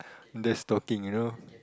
that's talking you know